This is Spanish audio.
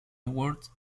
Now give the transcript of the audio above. awards